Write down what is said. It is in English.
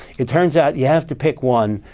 it turns out you have to pick one.